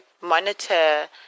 monitor